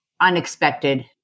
unexpected